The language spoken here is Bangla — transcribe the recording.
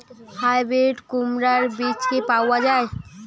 হাইব্রিড কুমড়ার বীজ কি পাওয়া য়ায়?